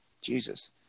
Jesus